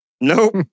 nope